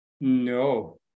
No